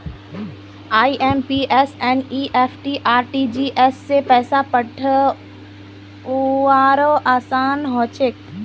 IMPS NEFT RTGS स पैसा पठऔव्वार असान हछेक